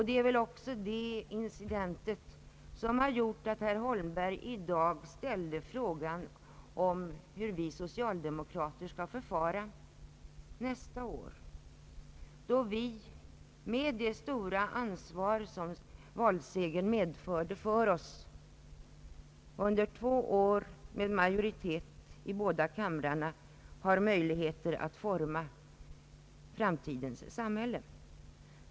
Det är väl också den incidenten som gjort att herr Holmberg i dag ställde frågan om hur vi socialdemokrater skall förfara nästa år då vi, med det stora ansvar som valsegern medförde för oss, under två år framåt med majoritet i båda kamrarna har möjlighet att forma framtidens samhälle.